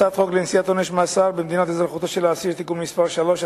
הצעת חוק לנשיאת עונש מאסר במדינת אזרחותו של האסיר (תיקון מס' 3),